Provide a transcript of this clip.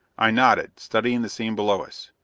i nodded, studying the scene below us.